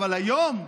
אבל היום,